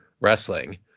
wrestling